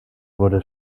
wurde